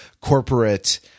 corporate